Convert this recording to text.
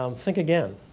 um think again.